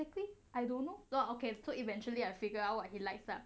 exactly I don't know not okay so eventually I figure out what he likes lah